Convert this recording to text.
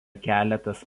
keletas